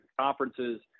conferences